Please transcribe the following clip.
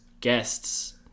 guests